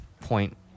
point